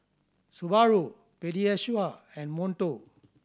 Subaru Pediasure and Monto